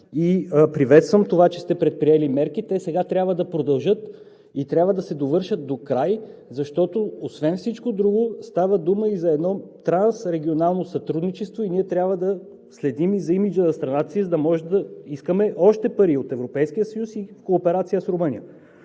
Приветствам това, че сте предприели мерки. Сега те трябва да продължат и трябва да се довършат докрай, защото, освен всичко друго, става дума за едно трансрегионално сътрудничество и ние трябва да следим за имиджа на страната си, за да може да искаме още пари от Европейския съюз, в кооперация с Румъния.